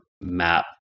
map